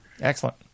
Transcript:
Excellent